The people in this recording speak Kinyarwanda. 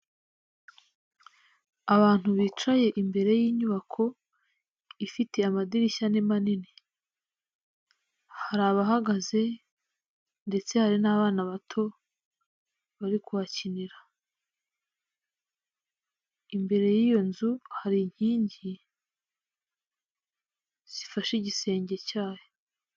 Abantu bicaye imbere y'inyubako, ifite amadirishya manini, hari abahagaze, ndetse hari n'abana bari kuhakinira, imbere y'iyo nzu hari inkingi zifashe igisenge cyayo.